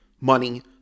money